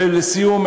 לסיום,